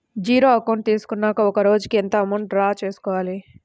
Zero account తీసుకున్నాక ఒక రోజుకి ఎంత అమౌంట్ డ్రా చేసుకోవాలి?